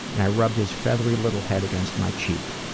and i rubbed his feathery little head against my cheek.